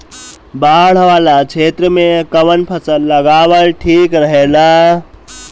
बाढ़ वाला क्षेत्र में कउन फसल लगावल ठिक रहेला?